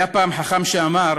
היה פעם חכם שאמר: